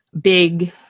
big